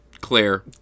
Claire